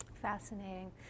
Fascinating